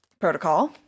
protocol